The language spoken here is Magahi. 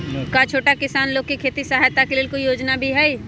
का छोटा किसान लोग के खेती सहायता के लेंल कोई योजना भी हई?